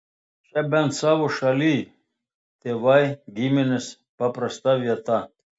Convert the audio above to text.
čia bent savo šalyj tėvai giminės paprasta vieta